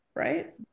right